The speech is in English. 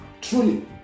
Truly